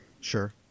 Sure